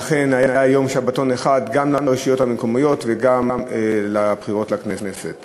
לכן היה יום שבתון אחד גם לבחירות לרשויות המקומיות וגם לבחירות לכנסת.